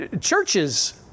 churches